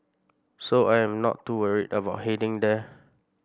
so I am not too worried about heading there